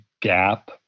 gap